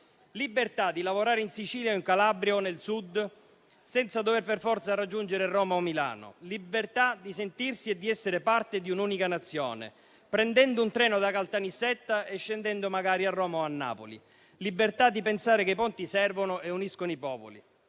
libertà di lavorare in Sicilia o in Calabria o nel Sud senza dover per forza raggiungere Roma o Milano, libertà di sentirsi e di essere parte di un'unica Nazione, prendendo un treno da Caltanissetta e scendendo magari a Roma o a Napoli, libertà di pensare che i ponti servono e uniscono i popoli.